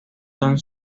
son